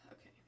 Okay